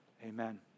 Amen